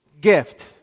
gift